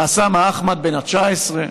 ואוסאמה עטא בן ה-19.